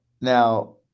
Now